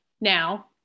now